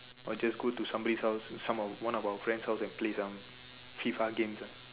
or just go to somebody's house some of our one of our friend's house and play some F_I_F_A games ah